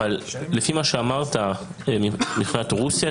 לפי מה שאמרת מבחינת רוסיה,